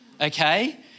okay